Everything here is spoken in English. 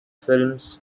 films